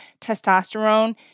testosterone